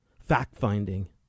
fact-finding